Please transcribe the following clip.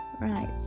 right